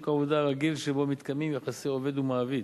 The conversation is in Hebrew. העבודה הרגיל שבו מתקיימים יחסי עובד ומעביד.